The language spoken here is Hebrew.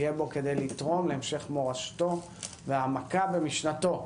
תהיה בה כדי לתרום להמשך מורשתו והעמקה במשנתו.